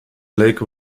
lake